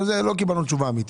לא קיבלנו תשובה אמיתית.